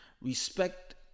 respect